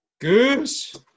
Goose